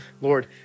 Lord